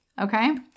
Okay